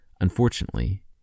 Unfortunately